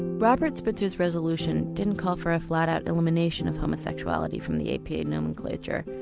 robert spitzer's resolution didn't call for a flat-out elimination of homosexuality from the apa nomenclature.